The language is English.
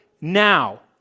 now